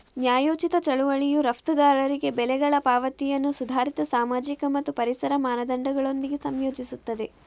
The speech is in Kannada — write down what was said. ನ್ಯಾಯೋಚಿತ ಚಳುವಳಿಯು ರಫ್ತುದಾರರಿಗೆ ಬೆಲೆಗಳ ಪಾವತಿಯನ್ನು ಸುಧಾರಿತ ಸಾಮಾಜಿಕ ಮತ್ತು ಪರಿಸರ ಮಾನದಂಡಗಳೊಂದಿಗೆ ಸಂಯೋಜಿಸುತ್ತದೆ